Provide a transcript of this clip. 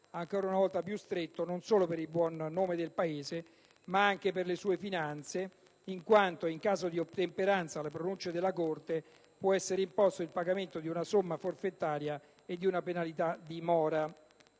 dovrebbe essere più stretto non solo per il buon nome del Paese, ma anche per le sue finanze in quanto, in caso di inottemperanza alle pronunce della Corte, può essere imposto il pagamento di una somma forfetaria e di una penalità di mora.